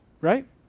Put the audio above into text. Right